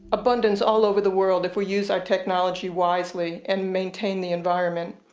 abundance all over the world if we use our technology wisely and maintain the environment.